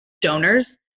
donors